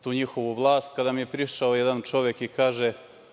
tu njihovu vlast, kada mi je prišao jedan čovek i kaže